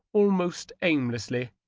almost aimlessly,